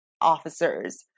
officers